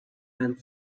and